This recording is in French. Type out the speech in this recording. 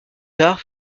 tard